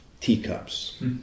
teacups